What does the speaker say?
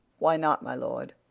why not, my lord?